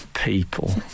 People